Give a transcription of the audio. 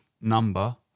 number